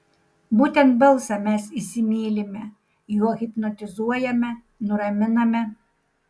būtent balsą mes įsimylime juo hipnotizuojame nuraminame